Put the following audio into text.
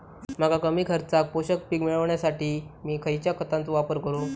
मका कमी खर्चात पोषक पीक मिळण्यासाठी मी खैयच्या खतांचो वापर करू?